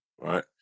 right